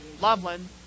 Loveland